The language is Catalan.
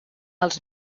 els